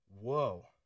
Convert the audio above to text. whoa